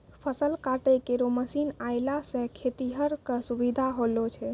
फसल काटै केरो मसीन आएला सें खेतिहर क सुबिधा होलो छै